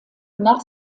nach